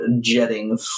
jetting